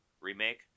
remake